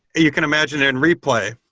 you can imagine in replay,